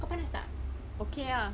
kau panas tak